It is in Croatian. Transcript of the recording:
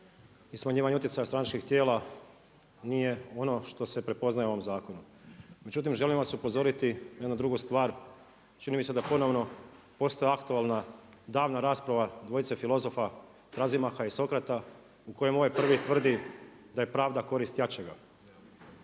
i smanjivanje utjecaja stranačkih tijela, nije ono što se prepoznaje u ovom zakonu. Međutim, želim vas upozoriti na jednu drugu stvar, čini mi se da ponovno postaje aktualna davna rasprava dvojice filozofa Trazimaha i Sokrata u kojem ovaj prvi tvrdi da je pravda korist jačega.